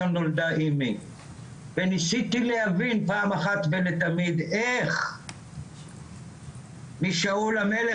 שם נולדה אימי וניסיתי להבין פעם אחת ולתמיד איך משאול המלך